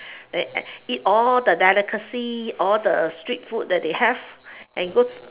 eat all the delicacies all the street food that they have and go